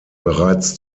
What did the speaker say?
bereits